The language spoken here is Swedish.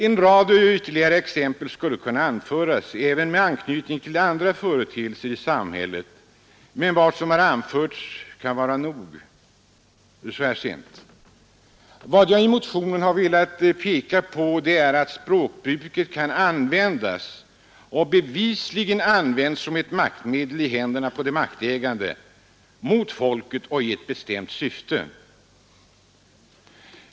En rad ytterligare exempel skulle kunna anföras, även med anknytning till andra företeelser i samhället, men vad jag nämnt kan vara nog så här sent. Vad jag genom motionen velat peka på är att språkbruket kan användas och bevisligen har använts som ett maktmedel i händerna på de maktägande mot folket och i ett bestämt syfte.